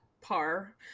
par